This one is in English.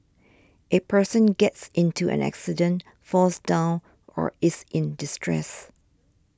a person gets into an accident falls down or is in distress